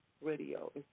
radio